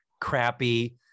crappy